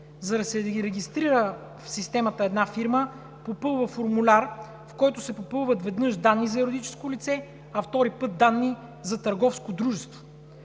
За да се регистрира в системата една фирма, попълва формуляр, в който се попълват веднъж данни за юридическо лице, а втори път – данни за търговско дружество.